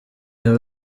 yaba